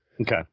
Okay